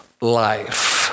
life